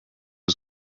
was